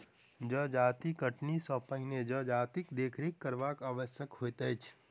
जजाति कटनी सॅ पहिने जजातिक देखरेख करब आवश्यक होइत छै